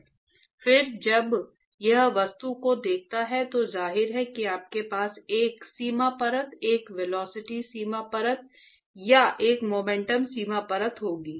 फिर जब यह वस्तु को देखता है तो जाहिर है कि आपके पास एक सीमा परत एक वेलोसिटी सीमा परत या एक मोमेंटम सीमा परत होगी